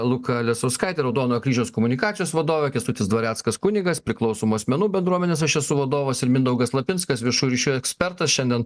luka lisauskaitė raudono kryžiaus komunikacijos vadovė kęstutis dvareckas kunigas priklausomų asmenų bendruomenės aš esu vadovas ir mindaugas lapinskas viešųjų ryšių ekspertas šiandien